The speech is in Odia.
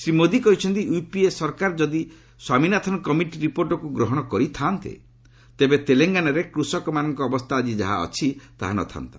ଶ୍ରୀ ମୋଦି କହିଛନ୍ତି ୟୁପିଏ ସରକାର ଯଦି ସ୍ୱାମୀନାଥନ କମିଟି ରିପୋର୍ଟକୁ ଗ୍ରହଣ କରିଥାନ୍ତେ ତେବେ ତେଲଙ୍ଗାନାରେ କୂଷକମାନଙ୍କ ଅବସ୍ଥା ଆଜି ଯାହା ଅଛି ତାହା ନ ଥାନ୍ତା